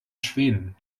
schweden